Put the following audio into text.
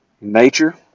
nature